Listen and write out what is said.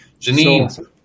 Janine